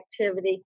activity